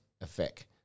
effect